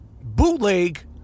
bootleg